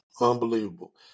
Unbelievable